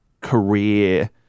career